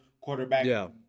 quarterback